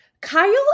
Kyle